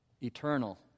eternal